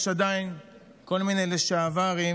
ישנם עדיין כל מיני לשעברים,